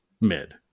mid